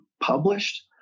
published